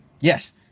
Yes